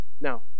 Now